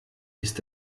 ist